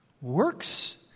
Works